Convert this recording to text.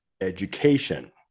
education